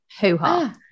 Hoo-ha